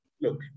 Look